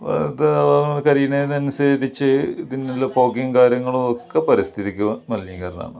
ഇത് കരിയിണതിനനുസരിച്ച് ഇതിൽ നിന്നുള്ള പുകയും കാര്യങ്ങളൊക്കെ പരിസ്ഥിതിക്ക് മലിനീകരണമാണ്